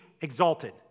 exalted